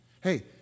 Hey